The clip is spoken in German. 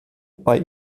bei